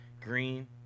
Green